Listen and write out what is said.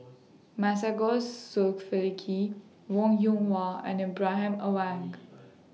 Masagos Zulkifli Wong Yoon Wah and Ibrahim Awang